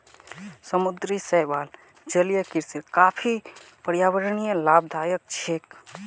समुद्री शैवाल जलीय कृषिर काफी पर्यावरणीय लाभदायक छिके